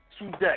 today